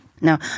Now